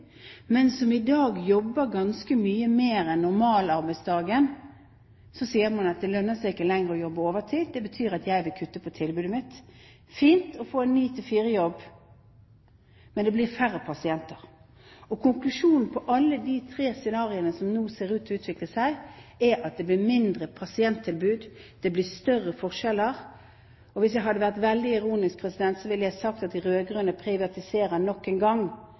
men som i dag jobber ganske mye mer enn normalarbeidsdagen, sier at det ikke lenger lønner seg å jobbe overtid. Det betyr at de vil kutte på tilbudet sitt. Det er fint å få en 9–16-jobb, men det blir færre pasienter. Konklusjonen på alle de tre scenarioene som nå ser ut til å utvikle seg, er at det blir dårligere pasienttilbud, og det blir større forskjeller. Hvis jeg hadde vært veldig ironisk, hadde jeg sagt at de rød-grønne nok en gang